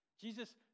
Jesus